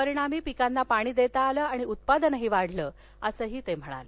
परिणामी पिकांना पाणी देता आलं आणि उत्पादन वाढलं असं ते म्हणाले